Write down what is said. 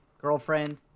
girlfriend